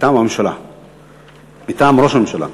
מטעם ראש הממשלה.